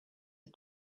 are